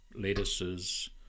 lettuces